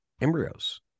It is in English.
embryos